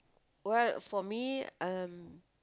well for me um